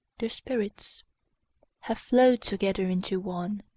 their spirits have flowed together into one,